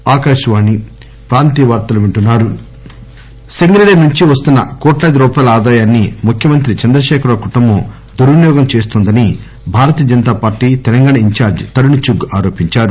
చుగ్ సింగరేణి నుంచి వస్తున్న కోట్లాది రూపాయాల ఆదాయాన్ని ముఖ్యమంత్రి చంద్రకేఖర్ రావు కుటుంబం దుర్వినియోగం చేస్తోందని Bharatiya Janata Party Telangana in charge Tarun Chugh ఆరోపించారు